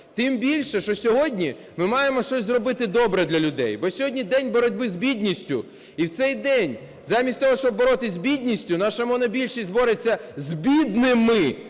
Тим більше, що сьогодні ми маємо щось зробити добре для людей, бо сьогодні День боротьби з бідністю і в цей день замість того, щоб боротися з бідністю, наша монобільшість бореться з бідними,